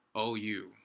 OU